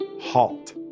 halt